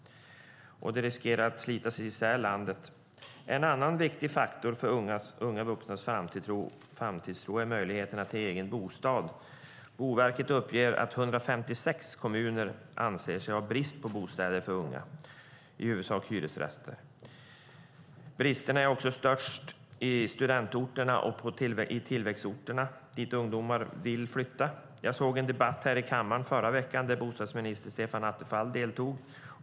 Det riskerar att slita isär landet. En annan viktig faktor för unga vuxnas framtidstro är möjligheterna till egen bostad. Enligt Boverket har 156 kommuner brist på bostäder för unga, framför allt hyresrätter. Bristen är störst på studentorter och tillväxtorter dit ungdomar vill flytta. Förra veckan såg jag en debatt i kammaren där bostadsminister Stefan Attefall deltog.